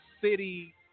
city